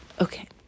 Okay